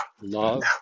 Love